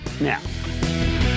now